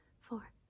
four